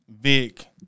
Vic